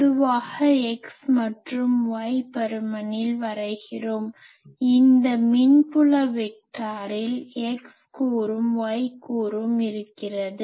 பொதுவாக X மற்றும் Y பருமனில் வரைகிறோம் இந்த மின்புல வெக்டாரில் X கூறும் Y கூறும் இருக்கிறது